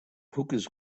hookahs